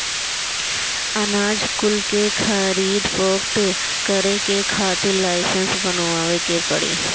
अनाज कुल के खरीद फोक्त करे के खातिर लाइसेंस बनवावे के पड़ी